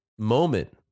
moment